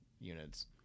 Units